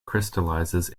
crystallizes